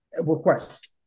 request